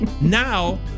Now